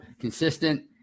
consistent